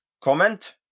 comment